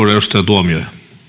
puhemies